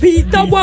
Peter